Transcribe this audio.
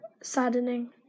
saddening